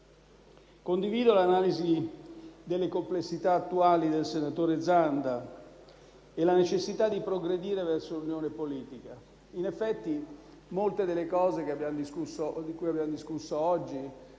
Condivido l'analisi delle complessità attuali del senatore Zanda e la necessità di progredire verso l'unione politica. In effetti, oggi abbiamo discusso molte